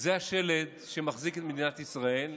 זה השלד שמחזיק את מדינת ישראל,